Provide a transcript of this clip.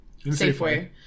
Safeway